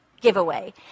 giveaway